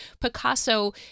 Picasso